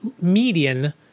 median